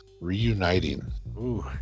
reuniting